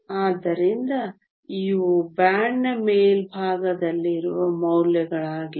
ಆದ್ದರಿಂದ ಇವು ಬ್ಯಾಂಡ್ನ ಮೇಲ್ಭಾಗದಲ್ಲಿರುವ ಮೌಲ್ಯಗಳಾಗಿವೆ